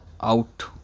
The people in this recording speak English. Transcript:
out